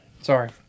sorry